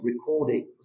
recordings